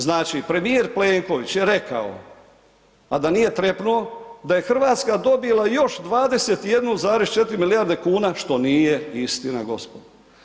Znači premijer Plenković je rekao, a da nije trepnuo, da je Hrvatska dobila još 21,4 milijarde kuna, što nije istina, gospodo.